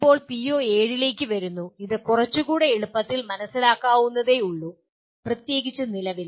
ഇപ്പോൾ പിഒ7 ലേക്ക് വരുന്നു ഇത് കുറച്ചുകൂടി എളുപ്പത്തിൽ മനസ്സിലാക്കാവുന്നതേയുള്ളൂ പ്രത്യേകിച്ച് നിലവിൽ